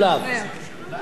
על שניהם.